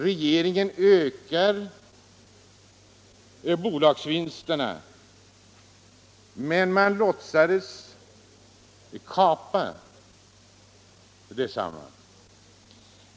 Regeringen ökade bolagsvinsterna men låtsades kapa dem.